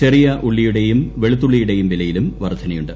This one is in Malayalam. ചെറിയ ഉള്ളിയുടെയും വെളുത്തുള്ളിയുടെയും വിലയിലും വർദ്ധനയുണ്ട്